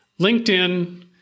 LinkedIn